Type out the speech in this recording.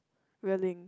railing